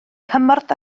cymorth